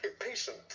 impatient